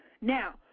Now